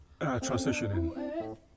transitioning